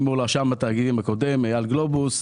מול רשם התאגידים הקודם אייל גלובוס.